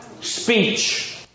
Speech